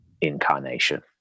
incarnation